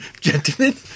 gentlemen